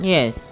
Yes